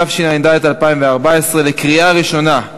התשע"ד 2014, לקריאה ראשונה.